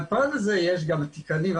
אבל בפן הזה יש גם תיקנים.